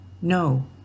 no